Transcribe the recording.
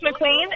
McQueen